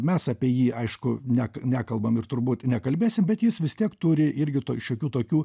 mes apie jį aišku nek nekalbam ir turbūt nekalbėsim bet jis vis tiek turi irgi turi šiokių tokių